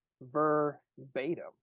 verbatim